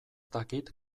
dakit